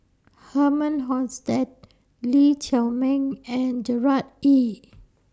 Herman Hochstadt Lee Chiaw Meng and Gerard Ee